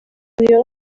estudió